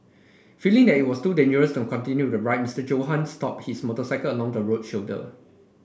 feeling that it was too dangerous to continue riding Mister Johann stopped his motorcycle along the road shoulder